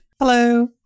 Hello